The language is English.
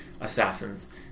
assassins